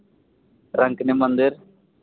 ᱨᱟᱝᱠᱤᱱᱤ ᱢᱚᱱᱫᱤᱨ